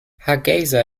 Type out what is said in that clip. hargeysa